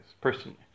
personally